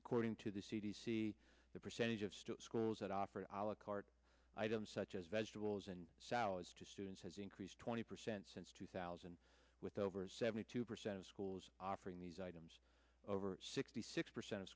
according to the c d c the percentage of schools that operate alec are items such as vegetables and salads to students has increased twenty percent since two thousand with over seventy two percent of schools offering these items over sixty six percent of